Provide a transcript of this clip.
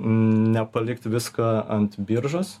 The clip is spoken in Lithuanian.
nepalikti viską ant biržos